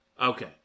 Okay